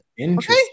okay